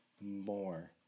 more